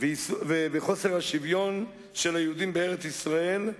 וחוסר השוויון של היהודים בארץ-ישראל,